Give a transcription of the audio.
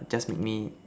just make me